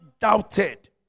doubted